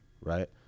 Right